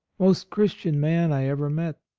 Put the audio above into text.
most christian man i ever met.